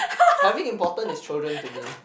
having important is children to me